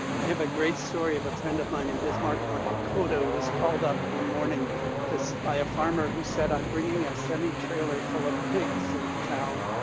i have a great story of a friend of mine in bismarck, north dakota who was called up one morning so by a farmer who said, i'm bringing a semi trailer full of pigs into town,